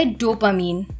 dopamine